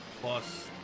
plus